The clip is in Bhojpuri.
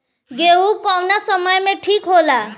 गेहू कौना समय मे ठिक होला?